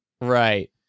Right